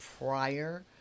prior